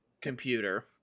computer